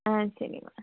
ஆ சரிங்க